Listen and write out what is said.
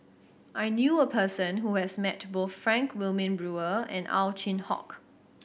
I knew a person who has met both Frank Wilmin Brewer and Ow Chin Hock